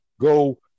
go